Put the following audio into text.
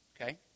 Okay